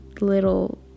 little